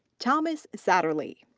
thomas satterly.